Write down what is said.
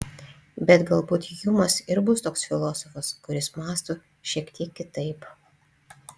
bet galbūt hjumas ir bus toks filosofas kuris mąsto šiek tiek kitaip